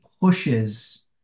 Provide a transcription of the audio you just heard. pushes